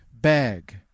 bag